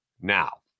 now